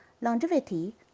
Longevity